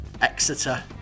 Exeter